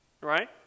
Right